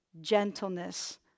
gentleness